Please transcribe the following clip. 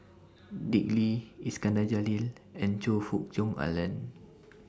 Dick Lee Iskandar Jalil and Choe Fook Cheong Alan